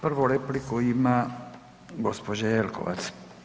Prvu repliku ima gđa. Jelkovac.